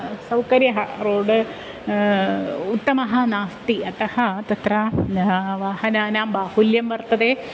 सौकर्यः road उत्तमः नास्ति अतः तत्र वाहनानां बाहुल्यं वर्तते